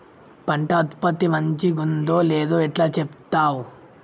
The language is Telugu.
పంట ఉత్పత్తి మంచిగుందో లేదో ఎట్లా చెప్తవ్?